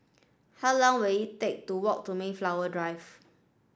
how long will it take to walk to Mayflower Drive